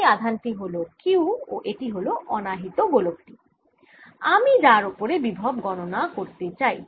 এই আধান টি হল Q ও এটি হল অনাহিত গোলক টি আমি যার ওপরে বিভব গণনা করতে চাই